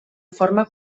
forma